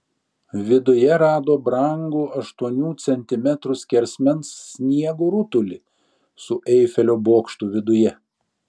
viduje rado brangų aštuonių centimetrų skersmens sniego rutulį su eifelio bokštu viduje